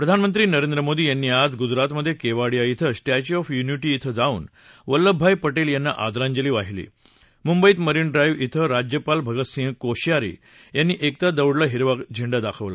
प्रधानमंत्री नरेंद्र मोदी यांनी आज गुजरातमध्ये केवाडिया इथं स्टॅच् ऑफ युनिटी इथं जाऊन वल्लभभाई पटेल यांना आदरांजली वाहिली मुंबईत मरिन ड्राइव्ह इथं राज्यपाल भगत सिंग कोश्यारी यांनी एकता दौड ला हिरवा झेंडा दाखवला